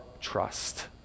trust